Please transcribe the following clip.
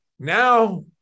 Now